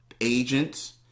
agents